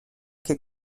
che